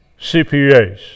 CPAs